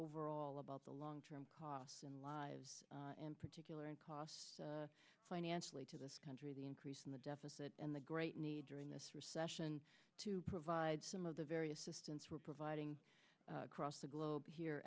overall about the long term cost in lives in particular and cost financially to this country the increase in the deficit and the great need during this recession to provide some of the very assistance we're providing across the globe here